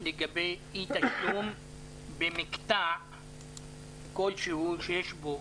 לגבי אי תשלום במקטע כל שהוא שיש בו